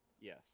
Yes